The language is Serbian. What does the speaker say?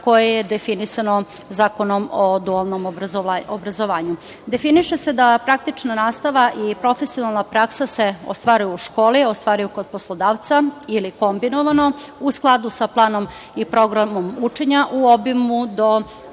koje je definisano Zakonom o dualnom obrazovanju. Definiše se da praktična nastava i profesionalna praksa se ostvaruje u školi, ostvaruje kod poslodavca ili kombinovano u skladu sa planom i programom učenja u obimu do